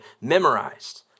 memorized